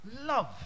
love